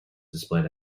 displayed